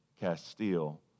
Castile